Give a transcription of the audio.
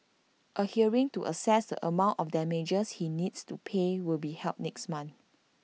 A hearing to assess amount of damages he needs to pay will be held next month